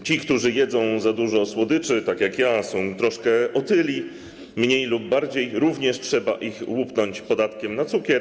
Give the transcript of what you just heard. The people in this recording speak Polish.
Tych, którzy jedzą za dużo słodyczy, tak jak ja, i są troszkę otyli, mniej lub bardziej, również trzeba łupnąć podatkiem na cukier.